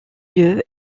lieu